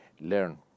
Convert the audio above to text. Learn